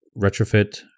retrofit